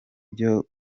byo